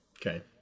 Okay